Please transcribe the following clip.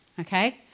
Okay